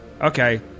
Okay